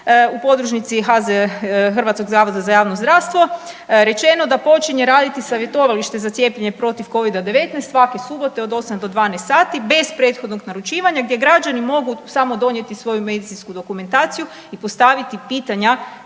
u podružnici HZJZ-a rečeno da počinje raditi savjetovalište za cijepljenje protiv Covida-19, svake subote od 8 do 12 sati bez prethodnog naručivanja gdje građani mogu samo donijeti svoju medicinsku dokumentaciju i postaviti pitanja